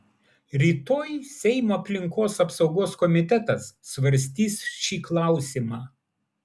rytoj seimo aplinkos apsaugos komitetas svarstys šį klausimą